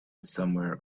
somewhere